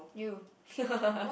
you